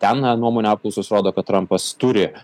ten nuomonių apklausos rodo kad trampas turi